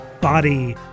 body